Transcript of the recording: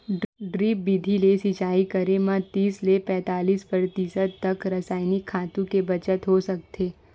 drip बिधि ले सिचई करे म तीस ले पैतालीस परतिसत तक रसइनिक खातू के बचत हो सकथे